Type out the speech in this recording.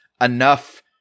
enough